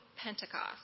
Pentecost